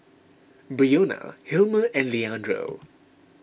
Brionna Hilmer and Leandro